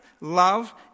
love